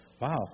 Wow